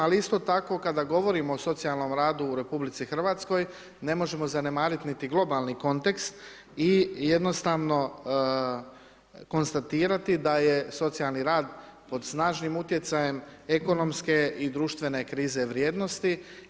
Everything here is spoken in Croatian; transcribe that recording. Ali isto tako kada govorimo o socijalnom radu u RH ne možemo zanemariti niti globalni kontekst i jednostavno konstatirati da je socijalni rad pod snažnim utjecajem ekonomske i društvene krize vrijednosti.